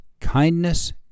kindness